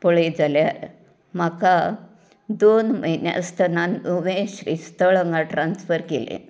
पळय जाल्यार म्हाका दोन म्हयनें आसतना नुवें श्रीस्थळ हांगा ट्रान्सफर केलें